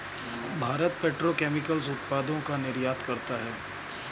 Bharat petrochemicals उत्पादों का निर्यात करता है